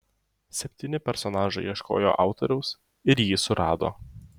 septyni personažai ieškojo autoriaus ir jį surado